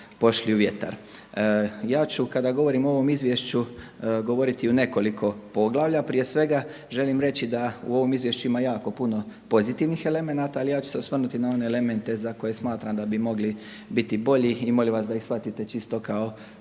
pošli u vjetar. Ja ću kada govorim o ovom izvješću govoriti o nekoliko poglavlja. Prije svega želim reći da u ovom izvješću ima jako puno pozitivnih elemenata. Ali ja ću se osvrnuti na one elemente za koje smatram da bi mogli biti bolji i molim vas da ih shvatite čisto kao